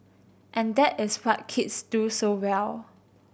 and that is what kids do so well